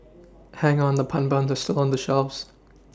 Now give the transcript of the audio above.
hang on the pun buns are still on the shelves